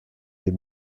des